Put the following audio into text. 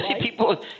people